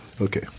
Okay